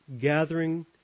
gathering